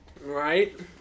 Right